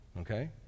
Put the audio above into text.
Okay